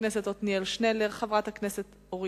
חבר הכנסת עתניאל שנלר,